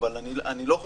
ח"כ